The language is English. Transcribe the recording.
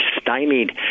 stymied